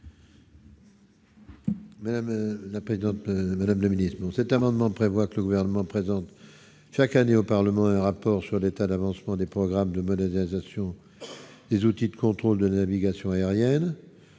Madame la présidente, madame la Ministre, mais on cet amendement prévoit que le gouvernement présente chaque année au Parlement un rapport sur l'état d'avancement des programmes de modernisation des outils de contrôle de la navigation aérienne,